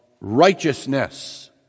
righteousness